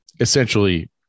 essentially